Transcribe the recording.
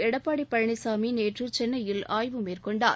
எடப்பாடி பழனிசாமி நேற்று சென்னையில் ஆய்வு மேற்கொண்டார்